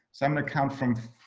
so um and count from.